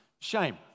shame